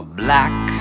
black